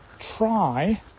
try